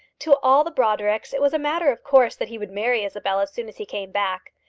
to all the brodricks it was a matter of course that he would marry isabel as soon as he came back.